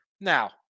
Now